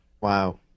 Wow